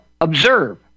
Observe